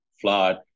flood